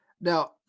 Now